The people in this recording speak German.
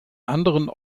anderen